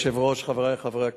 אדוני היושב-ראש, חברי חברי הכנסת,